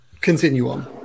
continuum